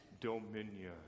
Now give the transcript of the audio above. dominion